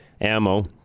ammo